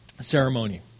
ceremony